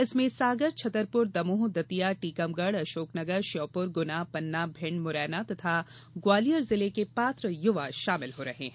इसमें सागर छतरपुर दमोह दतिया टीकमगढ़ अशोकनगर श्योपुर गुना पन्ना भिंड मुरैना तथा ग्वालियर जिले के पात्र युवा शामिल हो रहे हैं